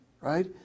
right